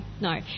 No